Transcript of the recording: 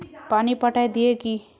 पानी पटाय दिये की?